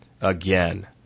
again